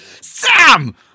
Sam